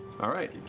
all right.